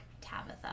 Tabitha